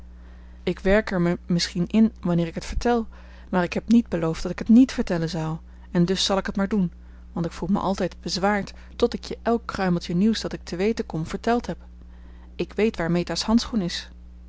ik werk er me misschien in wanneer ik het vertel maar ik heb niet beloofd dat ik het niet vertellen zou en dus zal ik het maar doen want ik voel me altijd bezwaard tot ik je elk kruimeltje nieuws dat ik te weten kom verteld heb ik weet waar meta's handschoen is